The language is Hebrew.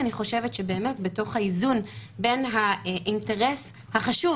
אני חושבת שבתוך האיזון בין האינטרס החשוב